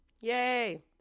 yay